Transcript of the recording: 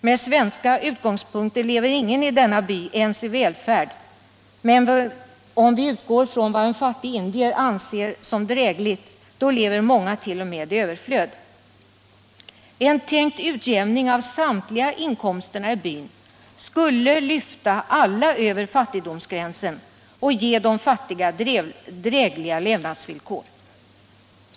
Med utgångspunkt i svenska förhållanden lever ingen i denna by ens i välfärd, men om man utgår ifrån vad en fattig indier anser drägligt lever många t.o.m. i överflöd. En tänkt utjämning av samtliga inkomster i byn skulle lyfta alla över fattigdomsgränsen och ge de fattiga drägliga levnadsvillkor.